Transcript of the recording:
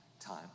time